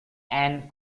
and